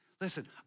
Listen